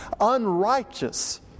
unrighteous